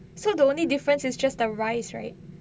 so the only difference is just the rice right